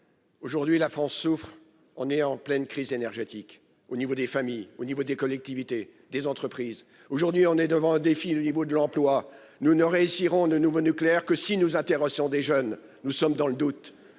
Aujourd'hui, la France souffre, on est en pleine crise énergétique au niveau des familles, au niveau des collectivités, des entreprises. Aujourd'hui on est devant un défi. Le niveau de l'emploi, nous ne réussirons de nouveau nucléaire que si nous interventions des jeunes, nous sommes dans le doute.